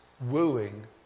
wooing